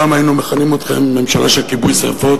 פעם היינו מכנים אתכם "ממשלה של כיבוי שרפות",